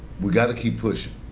we got to keep pushing.